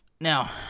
now